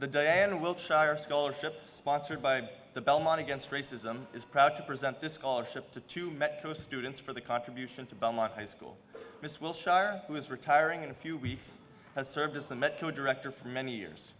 the diane wiltshire scholarship sponsored by the belmont against racism is proud to present this call ship to two metro students for the contribution to belmont high school this wilshire who is retiring in a few weeks has served as director for many years